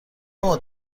مدت